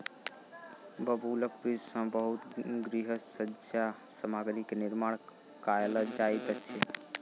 बबूलक वृक्ष सॅ बहुत गृह सज्जा सामग्री के निर्माण कयल जाइत अछि